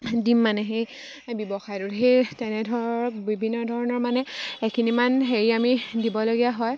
দিম মানে সেই ব্যৱসায়টো সেই তেনে ধৰক বিভিন্ন ধৰণৰ মানে এখিনিমান হেৰি আমি দিবলগীয়া হয়